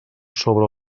sobre